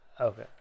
Okay